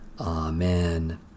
Amen